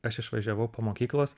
aš išvažiavau po mokyklos